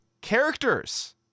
characters